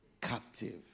captive